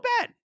bad